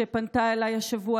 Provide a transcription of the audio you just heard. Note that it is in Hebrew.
שפנתה אליי השבוע,